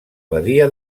badia